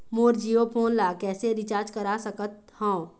मोर Jio phone ला किसे recharge करा सकत हवं?